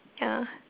ya